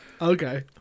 Okay